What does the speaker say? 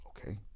Okay